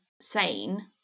sane